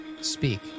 speak